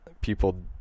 people